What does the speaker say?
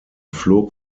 flog